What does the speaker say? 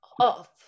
off